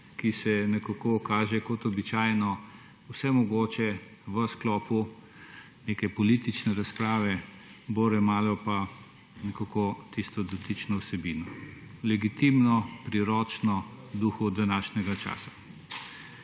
ko se nekako kaže kot običajno vse mogoče v sklopu neke politične razprave, bore malo pa tiste dotične vsebine. Legitimno, priročno v duhu današnjega časa.